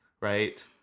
Right